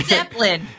Zeppelin